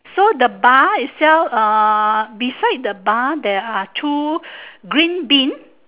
so the bar itself uh beside the bar there are two green bin